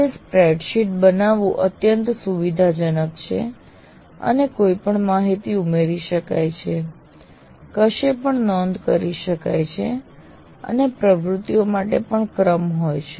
આજે સ્પ્રેડશીટ બનાવવું અત્યંત સુવિધાજનક છે અને કોઈ પણ માહિતી ઉમેરી શકાય છે કશે પણ નોંધ કરી શકાય છે અને પ્રવૃત્તિઓ માટે ક્રમ પણ હોય છે